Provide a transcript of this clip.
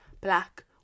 black